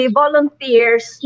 volunteers